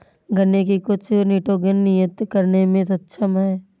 गन्ने की कुछ निटोगेन नियतन करने में सक्षम है